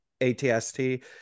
ATST